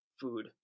food